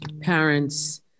parents